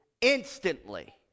instantly